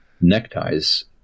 neckties